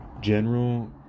General